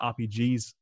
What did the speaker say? RPGs